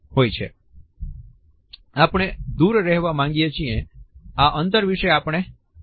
આપણે આ અંતર એવા લોકો સાથે જાળવીએ છીએ જેને આપણે વધારે જાણતા નથી અથવા જેનાથી આપણે દૂર રહેવા માંગીએ છીએ